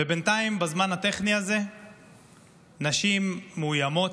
בינתיים, בזמן הטכני הזה נשים מאוימות,